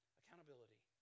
accountability